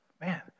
man